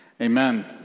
Amen